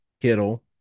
Kittle